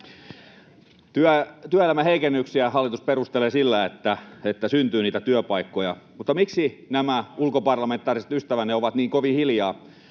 Työelämän heikennyksiä hallitus perustelee sillä, että syntyy niitä työpaikkoja, mutta miksi nämä ulkoparlamentaariset ystävänne ovat niin kovin hiljaa?